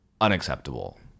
unacceptable